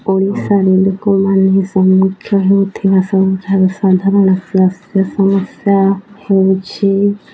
ଓଡ଼ିଶାରେ ଲୋକମାନେ ସମ୍ମୁଖୀନ ହେଉଥିବା ସବୁଠାରୁ ସାଧାରଣ ସ୍ୱାସ୍ଥ୍ୟ ସମସ୍ୟା ହେଉଛି